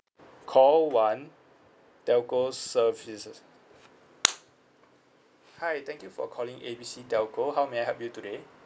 call one telco services hi thank you for calling A B C telco how may I help you today